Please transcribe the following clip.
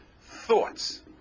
thoughts